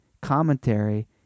commentary